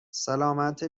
سلامت